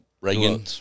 Reagan